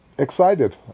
Excited